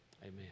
Amen